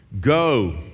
go